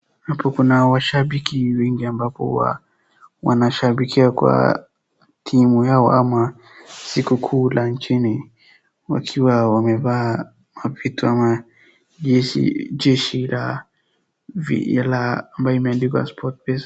Hapa kuna washabiki wengi ambapo wanashabikia kwa timu yao ama siku kuu la nchini wakiwa wamevaa mapitu ama jezi ambayo imeandikwa "Sportpesa".